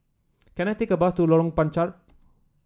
can I take a bus to Lorong Panchar